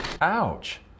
Ouch